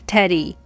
Teddy